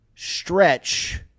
stretch